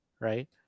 right